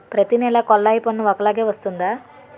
ప్రతి నెల కొల్లాయి పన్ను ఒకలాగే వస్తుందా?